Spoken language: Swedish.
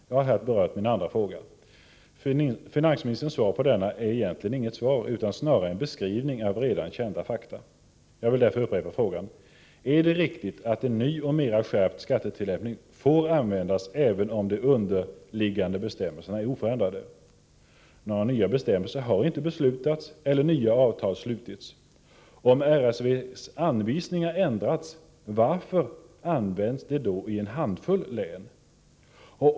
Jag har här berört min andra fråga. Finansministerns svar på denna är egentligen inget svar, utan snarare en beskrivning av redan kända fakta. Jag vill därför upprepa frågan: Är det riktigt att en ny och mer skärpt skattetillämpning får användas, även om de underliggande bestämmelserna är oförändrade? Några nya bestämmelser har inte beslutats. Inte heller har nya avtal slutits. Om RSV:s anvisningar har ändrats, varför används de nya bestämmelserna då bara i en handfull län?